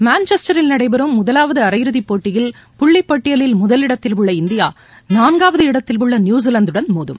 மான்செஸ்டரில் நடைபெறும் முதலாவது அரையிறுதி போட்டியில் புள்ளிப் பட்டியலில் முதலிடத்தில் உள்ள இந்தியா நான்காவது இடத்தில் உள்ள நியூசிலாந்துடன் மோதும்